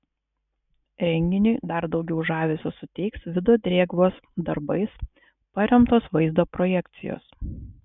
renginiui dar daugiau žavesio suteiks vido drėgvos darbais paremtos vaizdo projekcijos